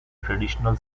traditional